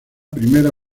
primera